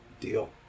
Deal